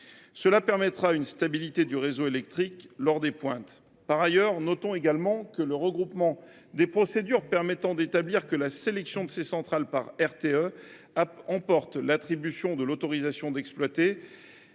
pour permettre une stabilité du réseau électrique lors des pointes. Par ailleurs, le regroupement des procédures permettant d’établir que la désignation de ces centrales par RTE emporte l’attribution de l’autorisation d’exploiter